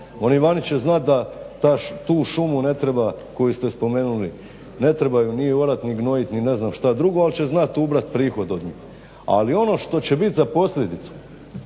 oni vani će znat da tu šumu ne treba koju ste spomenuli ne treba je ni orat ni gnojit ni ne znam šta drugo, al će znat ubrat prihod od njih. Ali ono što će bit za posljedicu